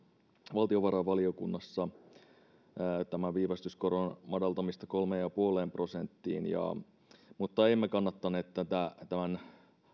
valtiovarainvaliokunnassa tämän viivästyskoron madaltamista kolmeen pilkku viiteen prosenttiin mutta emme kannattaneet tämän